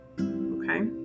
Okay